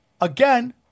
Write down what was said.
again